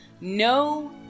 no